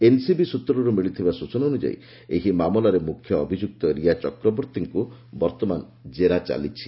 NCB ସୂତ୍ରରୁ ମିଳିଥିବା ସୂଚନା ଅନୁଯାୟୀ ଏହି ମାମଲାରେ ମୁଖ୍ୟ ଅଭିଯୁକ୍ତ ରିଆ ଚକ୍ରବର୍ତ୍ତୀଙ୍କୁ ଜେରା ଚାଲିଛି